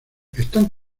están